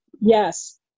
Yes